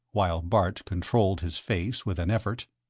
while bart controlled his face with an effort.